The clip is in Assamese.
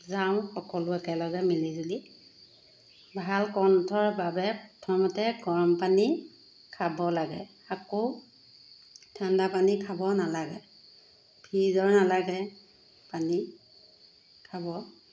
যাওঁ সকলো একেলগে মিলি জুলি ভাল কণ্ঠৰ বাবে প্ৰথমতে গৰম পানী খাব লাগে আকৌ ঠাণ্ডা পানী খাব নালাগে ফ্ৰীজৰ নালাগে পানী খাব